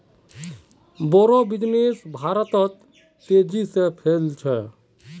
बोड़ो बिजनेस भारतत तेजी से फैल छ